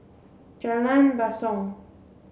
Jalan Basong